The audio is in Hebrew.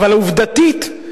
אבל עובדתית,